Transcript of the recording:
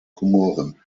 komoren